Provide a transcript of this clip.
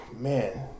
Man